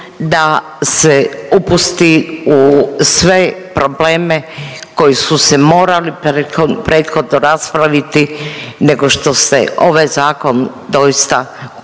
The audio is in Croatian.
da se upusti u sve probleme koji su se morali prethodno raspraviti nego što se ovaj zakon doista